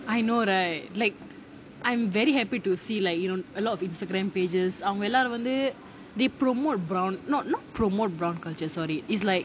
I know right like I'm very happy to see like you know a lot of Instagram pages on அவங்க எல்லாரும் வந்து:avanga ellaarum vanthu they promote brown not not promote brown culture sorry it's like